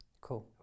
Cool